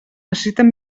necessiten